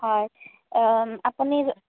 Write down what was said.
হয় আপুনি